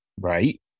right